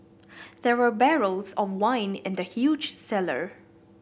there were barrels of wine in the huge cellar